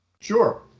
Sure